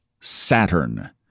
Saturn